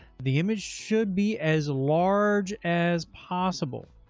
the image should be as large as possible.